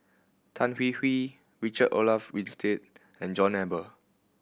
Tan Hwee Hwee Richard Olaf Winstedt and John Eber